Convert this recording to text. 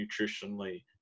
nutritionally